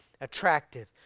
attractive